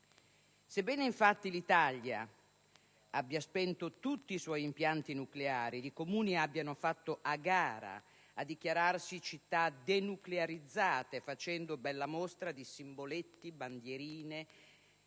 Sebbene, infatti, l'Italia abbia spento tutti i suoi impianti nucleari ed i Comuni abbiano fatto a gara a dichiararsi città denuclearizzate, facendo bella mostra di simboletti e bandierine,